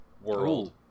world